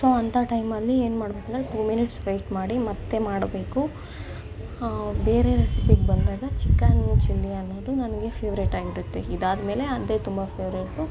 so ಅಂಥ ಟೈಮಲ್ಲಿ ಏನು ಮಾಡ್ಬೇಕು ಅಂದರೆ ಟೂ ಮಿನಿಟ್ಸ್ ವೆಯ್ಟ್ ಮಾಡಿ ಮತ್ತೆ ಮಾಡಬೇಕು ಬೇರೆ ರೆಸಿಪಿಗೆ ಬಂದಾಗ ಚಿಕ್ಕನ್ ಚಿಲ್ಲಿ ಅನ್ನೋದು ನನಗೆ ಫೆವ್ರೇಟ್ ಆಗಿರುತ್ತೆ ಇದಾದ ಮೇಲೆ ಅದೇ ತುಂಬ ಫೆವ್ರೆಟ್ಟು